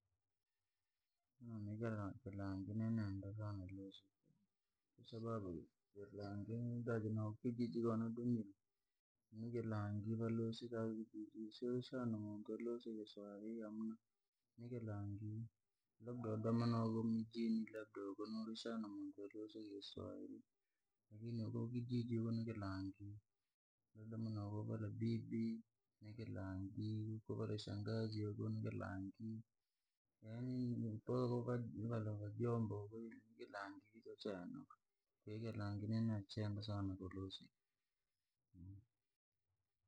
Kilangi nenda sana lusika, kwasababu kilangi kijiji konadomire, nikilangi vi valusikaa siurishana muntu olusika kiswahiri amuna, ni kilangi. Vi labda vadome noko mujini labuda noukashana muntu olusika kiswairi, lakini kijiji ni kilangi, vi ukadoma noko vala bibi ni kilangi, nokovala shangazi ni kilangi, vi vyala mujomba na ka nikilangi kwahiyo kilangi nini nachenda sana.